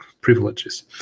privileges